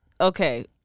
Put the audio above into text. okay